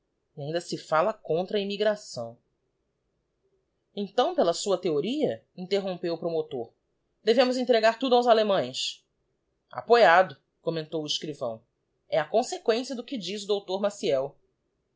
ainda se fala contra a immigração então pela sua theoria interrompeu o promotor devemos entregar tudo aos allemães apo ado commentou o escrivão e a consequência do que diz o dr maciel